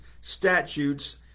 statutes